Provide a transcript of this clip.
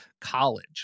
college